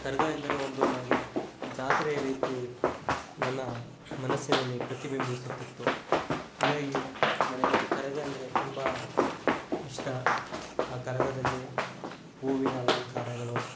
ಕರಗ ಎಂದರೆ ಒಂದು ನನಗೆ ಜಾತ್ರೆಯ ರೀತಿ ನನ್ನ ಮನಸ್ಸಿನಲ್ಲಿ ಪ್ರತಿಬಿಂಬಿಸುತ್ತಿತ್ತು ಹೀಗಾಗಿ ನನಗೆ ಕರಗ ಅಂದರೆ ತುಂಬ ಇಷ್ಟ ಆ ಕರಗದಲ್ಲಿ ಹೂವಿನ ಅಲಂಕಾರಗಳು